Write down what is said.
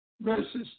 verses